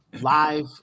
live